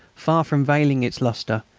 far from veiling its lustre,